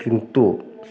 କିନ୍ତୁ